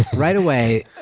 right away,